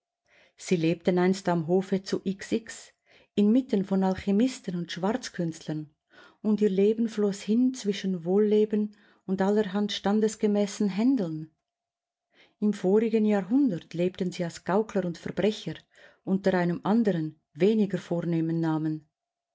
sie lebten einst am hofe zu x x inmitten von alchymisten und schwarzkünstlern und ihr leben floß hin zwischen wohlleben und allerhand standesgemäßen händeln im vorigen jahrhundert lebten sie als gaukler und verbrecher unter einem anderen weniger vornehmen namen